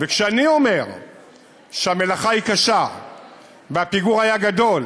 כשאני אומר שהמלאכה היא קשה והפיגור היה גדול